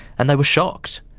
and they were shocked.